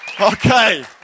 Okay